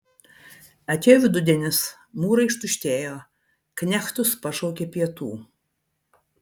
atėjo vidudienis mūrai ištuštėjo knechtus pašaukė pietų